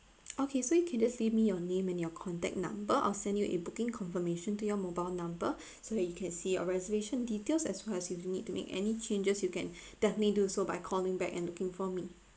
okay so you can just leave me your name and your contact number I'll send you a booking confirmation to your mobile number so that you can see your reservation details as well as you need to make any changes you can definitely do so by calling back and looking for me